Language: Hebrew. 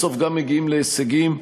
בסוף גם מגיעים להישגים,